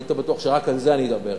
היית בטוח שרק על זה אדבר,